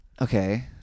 Okay